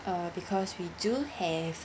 uh because we do have